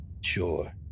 sure